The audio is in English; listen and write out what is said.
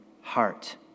heart